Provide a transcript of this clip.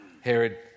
Herod